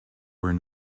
where